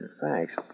Thanks